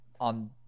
On